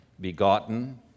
begotten